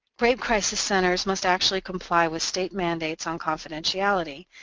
rape crisis centers must actually comply with state mandates on confidentiality.